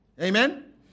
Amen